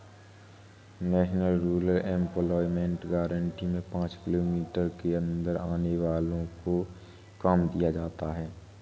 national rural employment guarantee में पांच kilometre के अंदर आने वालो को काम दिया जाता था